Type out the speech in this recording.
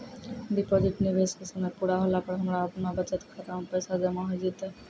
Deposit निवेश के समय पूरा होला पर हमरा आपनौ बचत खाता मे पैसा जमा होय जैतै?